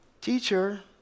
Teacher